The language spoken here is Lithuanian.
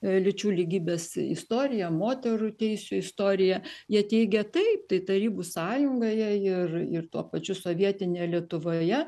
lyčių lygybės istoriją moterų teisių istoriją jie teigia taip tai tarybų sąjungoje ir ir tuo pačiu sovietinė lietuvoje